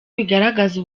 bigaragaza